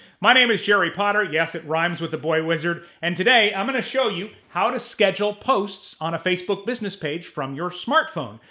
my name is jerry potter, yes it rhymes with the boy wizard, and today i'm gonna show you how to schedule posts on a facebook business page from your smartphone.